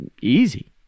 easy